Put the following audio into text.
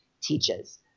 teaches